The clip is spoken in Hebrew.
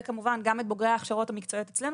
וכמובן גם את בוגרי ההכשרות המקצועיות אצלנו